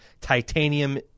titanium